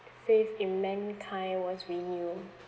faith in mankind was renewed